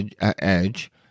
edge